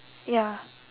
ya